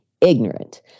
ignorant